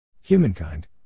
Humankind